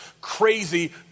crazy